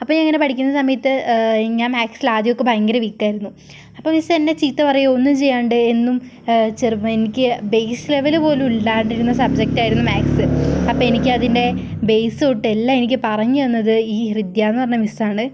അപ്പോൾ ഇങ്ങനെ പഠിക്കുന്ന സമയത്ത് ഞാൻ മാത്സിൽ ആദ്യമൊക്കെ ഭയങ്കര വീക്കായിരുന്നു അപ്പോൾ മിസ്സ് എന്നെ ചീത്ത പറയുയുകയും ഒന്നും ചെയ്യാണ്ട് എന്നും ചിലപ്പോൾ എനിക്ക് ബേസ് ലെവൽ പോലും ഇല്ലാണ്ടിരുന്ന സബ്ജക്റ്റായിരുന്നു മാത്സ് അപ്പോൾ എനിക്ക് അതിൻ്റെ ബേസ് തൊട്ട് എല്ലാം എനിക്ക് പറഞ്ഞ് തന്നത് ഈ ഹൃദ്യയെന്ന് പറഞ്ഞ മിസ്സാണ്